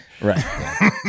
Right